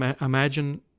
imagine